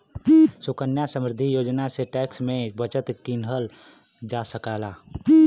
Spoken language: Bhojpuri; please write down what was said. सुकन्या समृद्धि योजना से टैक्स में बचत किहल जा सकला